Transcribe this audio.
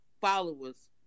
followers